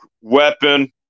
weapon